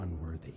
unworthy